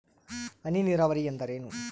ಹನಿ ನೇರಾವರಿ ಎಂದರೇನು?